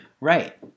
Right